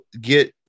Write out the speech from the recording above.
get